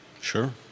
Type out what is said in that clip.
Sure